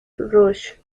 rush